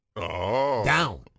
down